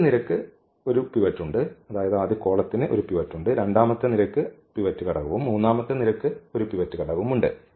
ആദ്യ നിരയ്ക്ക് ഒരു പിവറ്റ് ഉണ്ട് രണ്ടാമത്തെ നിരയ്ക്ക് പിവറ്റ് ഘടകവും മൂന്നാമത്തെ നിരയ്ക്ക് ഒരു പിവറ്റ് ഘടകവുമുണ്ട്